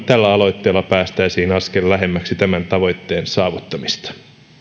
tällä aloitteella päästäisiin askel lähemmäksi tämän tavoitteen saavuttamista